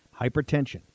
Hypertension